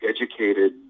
educated